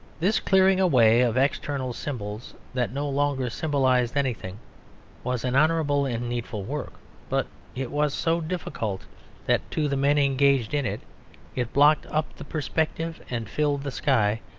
this clearing away of external symbols that no longer symbolised anything was an honourable and needful work but it was so difficult that to the men engaged in it it blocked up the perspective and filled the sky,